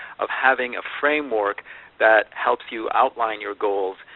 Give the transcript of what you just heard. of having a framework that helps you outline your goals,